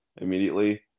immediately